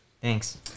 Thanks